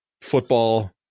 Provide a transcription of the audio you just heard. football